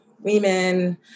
women